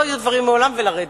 לא היו דברים מעולם, ולרדת.